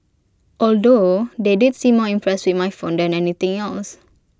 although they did seem more impressed with my phone than anything else